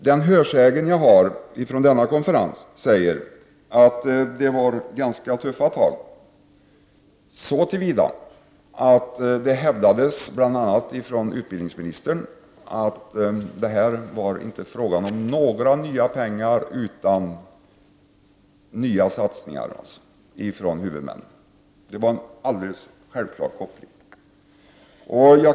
Den hörsägen jag har från denna konferens säger att det var ganska tuffa tag, så till vida att bl.a. utbildningsministern hävdade att det nu inte var fråga om några nya pengar utan om nya satsningar från huvudmännen. Det var en alldeles självklar koppling.